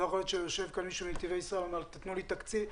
לא יכול להיות שיושב כאן מישהו מנתיבי ישראל ואומר: תנו לי תקציב,